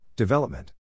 Development